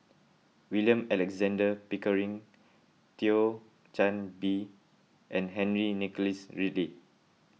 William Alexander Pickering Thio Chan Bee and Henry Nicholas Ridley